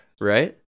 Right